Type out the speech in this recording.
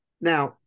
now